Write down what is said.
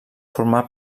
formà